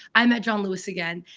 i met john lewis again.